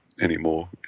anymore